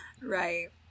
Right